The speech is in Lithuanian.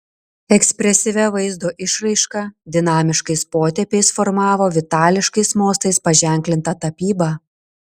ekspresyvia vaizdo išraiška dinamiškais potėpiais formavo vitališkais mostais paženklintą tapybą